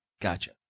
Gotcha